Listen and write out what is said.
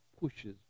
pushes